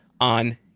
on